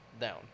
down